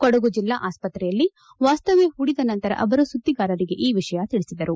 ಕೊಡಗು ಜಿಲ್ಲಾ ಆಸ್ಪತ್ರೆಯಲ್ಲಿ ವಾಸ್ತವ್ಯ ಹೂಡಿದ ನಂತರ ಅವರು ಸುದ್ದಿಗಾರರಿಗೆ ಈ ವಿಷಯ ತಿಳಿಸಿದರು